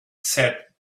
said